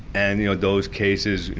and you know those cases,